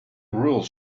rules